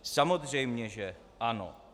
Samozřejmě že ano.